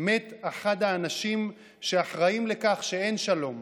מת אחד האנשים שאחראים לכך שאין שלום,